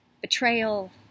betrayal